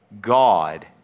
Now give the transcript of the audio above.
God